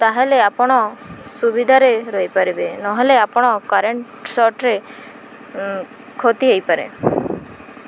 ତାହେଲେ ଆପଣ ସୁବିଧାରେ ରହିପାରିବେ ନହେଲେ ଆପଣ କରେଣ୍ଟ ସଟ୍ରେେ କ୍ଷତି ହେଇପାରେ